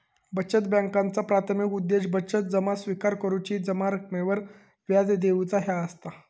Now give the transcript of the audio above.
बचत बॅन्कांचा प्राथमिक उद्देश बचत जमा स्विकार करुची, जमा रकमेवर व्याज देऊचा ह्या असता